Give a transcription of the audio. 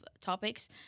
topics